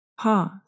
Pause